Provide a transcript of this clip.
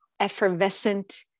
effervescent